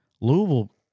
Louisville